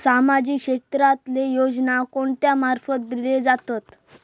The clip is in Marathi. सामाजिक क्षेत्रांतले योजना कोणा मार्फत दिले जातत?